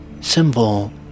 symbol